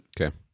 Okay